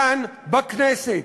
כאן, בכנסת,